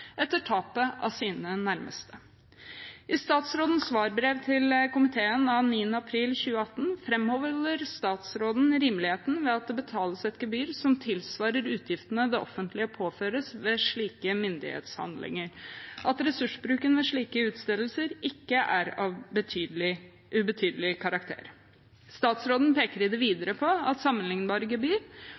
etter tapet av sine nærmeste. I statsrådens svarbrev til komiteen av 9. april 2018 framholder statsråden rimeligheten ved at det betales et gebyr som tilsvarer utgiftene det offentlige påføres ved slike myndighetshandlinger, og at ressursbruken ved slike utstedelser ikke er av ubetydelig karakter. Statsråden peker i det videre på sammenlignbare gebyr